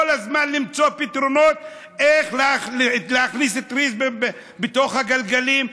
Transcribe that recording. הזמן למצוא פתרונות איך להכניס טריז בתוך הגלגלים,